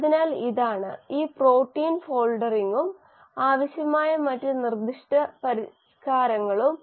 അതിനാൽ ഇതാണ് ഈ പ്രോട്ടീൻ ഫോൾഡിംഗും ആവശ്യമായ മറ്റ് നിർദ്ദിഷ്ട പരിഷ്കാരങ്ങളും